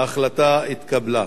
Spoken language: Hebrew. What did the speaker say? ההחלטה התקבלה.